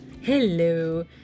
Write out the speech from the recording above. Hello